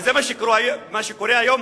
וזה מה שקורה היום